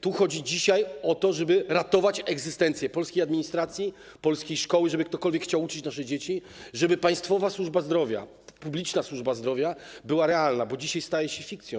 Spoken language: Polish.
Tu chodzi dzisiaj o to, żeby ratować egzystencję polskiej administracji, polskiej szkoły, żeby ktokolwiek chciał uczyć nasze dzieci, żeby państwowa służba zdrowia, publiczna służba zdrowia była realna, bo dzisiaj staje się fikcją.